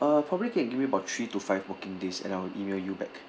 uh probably can give me about three to five working days and I'll email you back